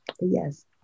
Yes